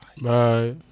Bye